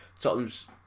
Tottenham's